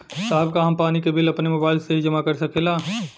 साहब का हम पानी के बिल अपने मोबाइल से ही जमा कर सकेला?